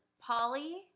Polly